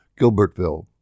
Gilbertville